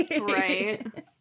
Right